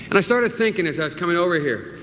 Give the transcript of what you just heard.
but i started thinking as i was coming over here,